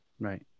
Right